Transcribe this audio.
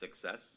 success